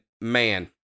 man